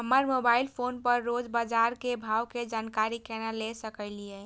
हम mobile phone पर रोज बाजार के भाव के जानकारी केना ले सकलिये?